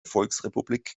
volksrepublik